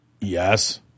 Yes